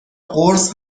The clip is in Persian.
قرص